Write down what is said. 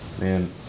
Man